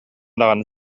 даҕаны